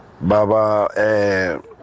Baba